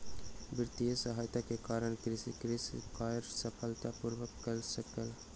वित्तीय सहायता के कारण कृषक कृषि कार्य सफलता पूर्वक कय सकल